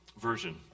version